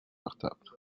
confortables